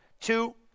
Two